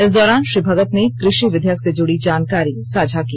इस दौरान श्री भगत ने कृषि विधेयक से जुड़ी जानकारी साझा की